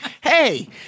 hey